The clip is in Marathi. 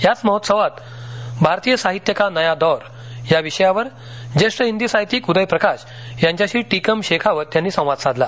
याच महोत्सवात भारतीय साहित्य का नया दौर या विषयावर ज्येष्ठ हिंदी साहित्यिक उदय प्रकाश यांच्याशी टिकम शेखावत यांनी संवाद साधला